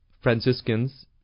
Franciscans